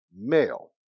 male